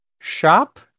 shop